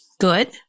good